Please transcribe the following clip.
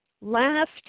Last